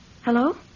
Hello